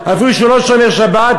אפילו שהוא לא שומר שבת,